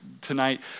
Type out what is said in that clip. tonight